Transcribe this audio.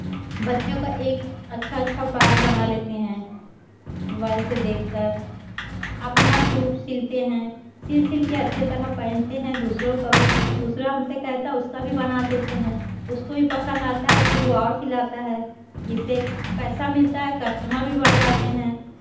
बच्चों का एक अच्छा अच्छा फ्रॉक बना लेते हैं मोबाइल से देखकर अपना सूट सिलते हैं सिल सिल के अच्छे तरह पहनते हैं दूसरों का भी दूसरा हमसे कहता है उसका भी बना देते हैं उसको भी पसंद आता है तो वो और सिलाता है जिससे पैसा मिलता है कस्टमर भी बढ़ जाते हैं